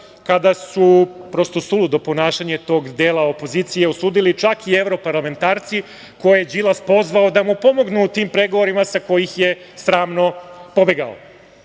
kada su prosto suludo ponašanje tog dela opozicije osudili čak i evroparlamentarci koje je Đilas pozvao da mu pomognu u tim pregovorima sa kojih je sramno pobegao. Potom